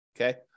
okay